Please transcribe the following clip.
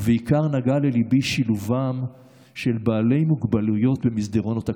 ובעיקר נגע לליבי שילובם של בעלי מוגבלויות במסדרונות הכנסת,